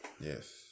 Yes